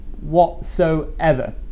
whatsoever